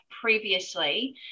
previously